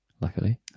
Luckily